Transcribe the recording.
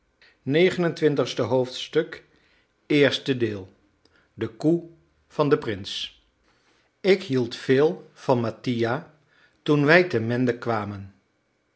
de koe van den prins ik hield veel van mattia toen wij te mende kwamen